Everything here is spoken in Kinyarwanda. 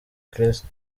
kristo